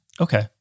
Okay